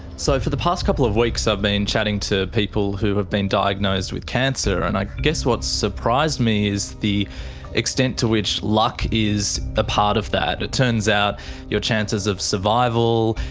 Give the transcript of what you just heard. so for the past couple of weeks i've been chatting to people who have been diagnosed with cancer, and i guess what surprised me is the extent to which luck is a part of that. it turns out your chances of survival,